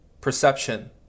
perception